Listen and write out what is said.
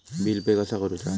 Bill pay कसा करुचा?